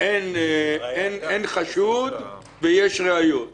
התקהלות אסורה לפי סעיף 151 לחוק,